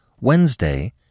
Wednesday